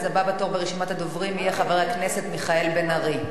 הבא בתור ברשימת הדוברים יהיה חבר הכנסת מיכאל בן-ארי.